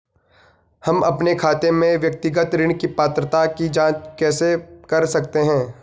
हम अपने खाते में व्यक्तिगत ऋण की पात्रता की जांच कैसे कर सकते हैं?